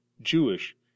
jewish